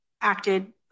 acted